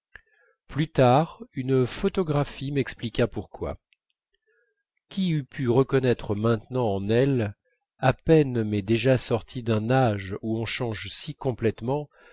plus tard une photographie m'expliqua pourquoi qui eût pu connaître maintenant en elles à peine mais déjà sorties d'un âge où on change si complètement